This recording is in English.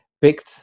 picked